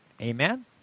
Amen